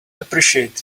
appreciate